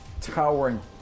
towering